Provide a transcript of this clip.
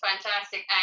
fantastic